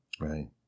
Right